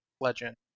legend